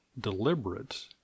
deliberate